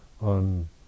on